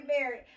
married